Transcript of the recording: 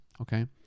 Okay